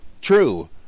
true